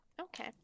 Okay